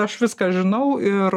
aš viską žinau ir